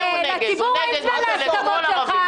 לציבור אין זמן להסכמות שלך.